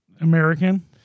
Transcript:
American